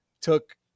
took